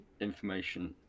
information